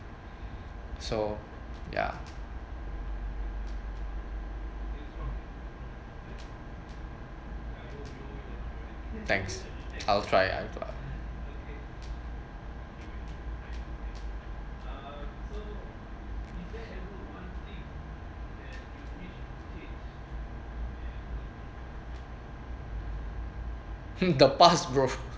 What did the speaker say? so ya thanks I'll try I'll hmm the past bro